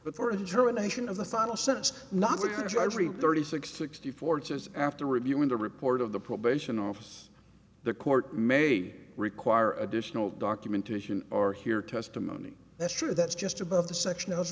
jury nation of the final sentence not rejoice thirty six sixty four just after reviewing the report of the probation office the court made require additional documentation or hear testimony that's true that's just above the section of